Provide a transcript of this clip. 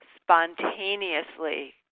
spontaneously